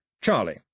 Charlie